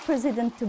President